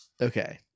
okay